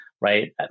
right